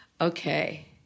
Okay